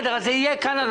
אז זה יהיה כאן על